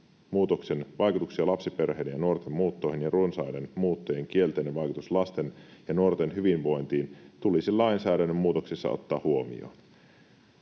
muutoksen vaikutuksia lapsiperheiden ja nuorten muuttoihin ja runsaiden muuttojen kielteinen vaikutus lasten ja nuorten hyvinvointiin tulisi lainsäädännön muutoksessa ottaa huomioon.”